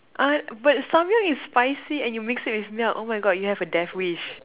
uh but samyang is spicy and you mixed it with milk oh my God you have a death wish